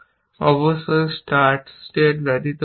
অবশ্যই start state ব্যতীত ভিন্ন